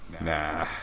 Nah